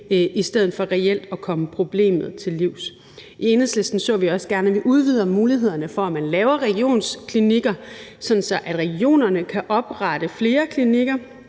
i stedet for reelt at komme problemet til livs. I Enhedslisten så vi også gerne, at vi udvider mulighederne for, at man laver regionsklinikker, sådan at regionerne kan oprette flere klinikker,